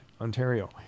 Ontario